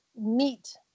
meet